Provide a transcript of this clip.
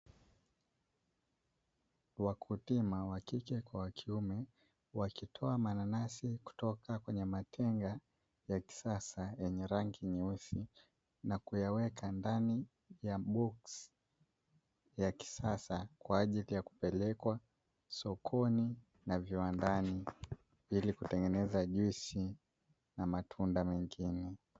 Wakulima wa kike kwa wa kiume wakitoa mananasi kwenye matenga ya kisasa yenye rangi nyeusi, na kuyaweka ndani ya boksi ya kisasa kwa ajili ya kupelekwa sokoni na viwandani, ili kutengeneza juisi na matunda mengine.